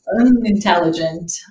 unintelligent